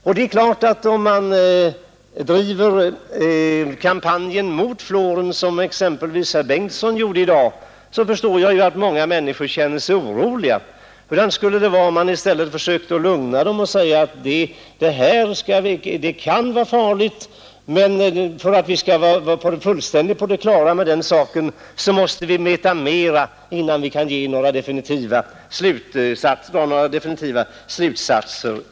Om man bedriver en kampanj mot fluor, så som exempelvis herr Bengtsson i dag har gjort, förstår jag att många människor känner sig oroliga. Hur skulle det vara om man i stället försökte lugna människorna genom att säga att det här kan visserligen vara farligt, men för att vi skall bli fullständigt på det klara med den saken och kunna dra några definitiva slutsatser måste vi veta mer.